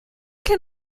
can